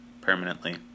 permanently